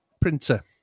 printer